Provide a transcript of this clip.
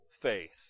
faith